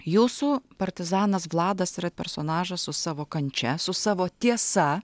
jūsų partizanas vladas yra personažas su savo kančia su savo tiesa